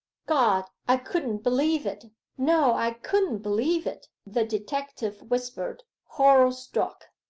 god! i couldn't believe it no, i couldn't believe it the detective whispered, horror-struck.